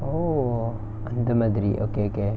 oh அந்த மாதிரி:antha maathiri okay okay